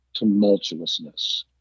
tumultuousness